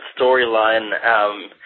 storyline